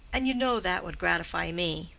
and you know that would gratify me.